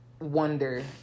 wonder